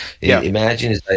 imagine